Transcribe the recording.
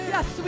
Yes